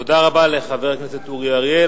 תודה רבה לחבר הכנסת אורי אריאל.